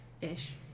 ish